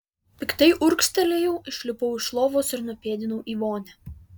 piktai urgztelėjau išlipau iš lovos ir nupėdinau į vonią